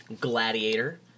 Gladiator